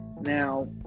Now